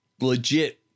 legit